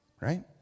right